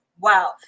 Wow